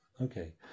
okay